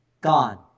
gone